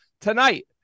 tonight